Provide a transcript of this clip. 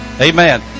Amen